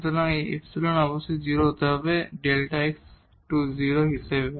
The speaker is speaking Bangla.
সুতরাং এই ইপসিলন অবশ্যই 0 হতে হবে Δ x → 0 এর হিসাবে